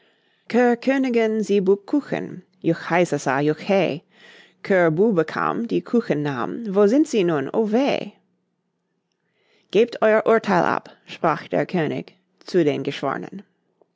coeur bube kam die kuchen nahm wo sind sie nun o weh gebt euer urtheil ab sprach der könig zu den geschwornen